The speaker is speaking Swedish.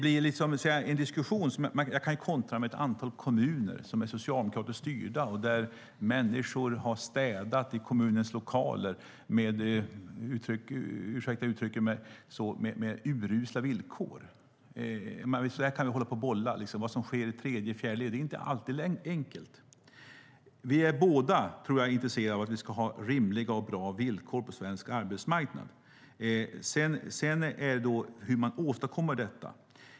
Jag kan kontra med ett antal kommuner som är socialdemokratiskt styrda och där människor har städat i kommunens lokaler med, ursäkta uttrycket, urusla villkor. Vi kan hålla på och bolla på det sättet. Vad som sker i tredje och fjärde led är inte alltid enkelt. Vi är båda, tror jag, intresserade av att vi ska ha rimliga och bra villkor på svensk arbetsmarknad. Frågan är hur man åstadkommer detta.